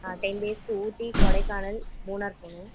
ஆ ten டேஸ்க்கு ஊட்டி கொடைக்கானல் மூணார் போகணும்